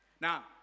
Now